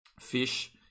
fish